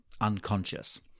unconscious